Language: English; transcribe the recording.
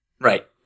Right